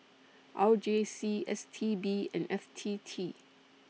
R J C S T B and F T T